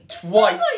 twice